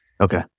Okay